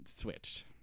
switched